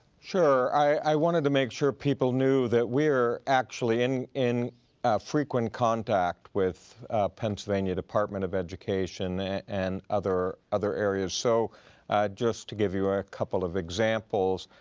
sure, i wanted to make sure people knew that we're actually in in frequent contact with pennsylvania department of education and other other areas. so just to give you a couple of examples,